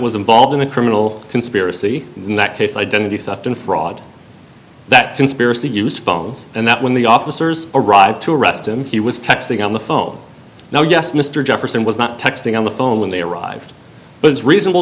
was involved in a criminal conspiracy in that case identity theft and fraud that conspiracy use phones and that when the officers arrived to arrest him he was texting on the phone now yes mr jefferson was not texting on the phone when they arrived but is reasonable